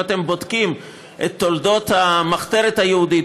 אם אתם בודקים את תולדות המחתרת היהודית